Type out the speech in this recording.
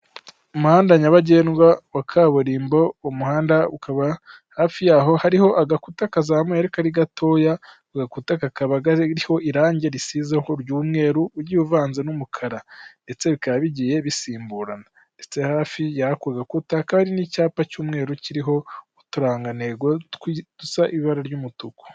Umuhanda nyabagendwa wa kaburimbo, umuhanda ukaba hafi yaho hariho agakuta kazamuye ariko ari gatoya, ako gakuta kakaba kariho irangi risizeho ry'umweru, ugiye uvanze n'umukara ndetse bikaba bigiye bisimburana ndetse hafi y'ako gakuta hakaba hari n'icyapa cy'umweru kiriho uturangantego dusa ibara ry'umutuku.